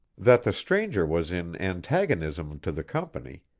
that the stranger was in antagonism to the company,